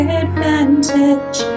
advantage